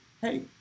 hey